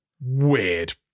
Weird